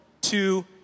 two